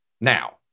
Now